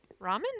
ramen